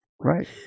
Right